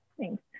Thanks